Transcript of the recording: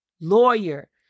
lawyer